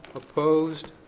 opposed.